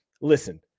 listen